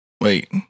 Wait